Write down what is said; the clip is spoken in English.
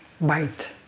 bite